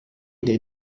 del